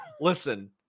listen